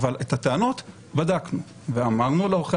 אבל את הטענות בדקנו ואמרנו לעורכי